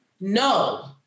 no